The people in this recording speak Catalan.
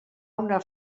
una